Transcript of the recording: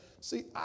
see